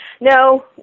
No